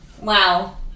Wow